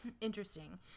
Interesting